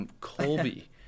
Colby